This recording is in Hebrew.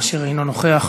אשר אינו נוכח.